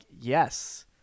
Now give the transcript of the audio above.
yes